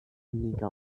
mega